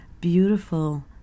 beautiful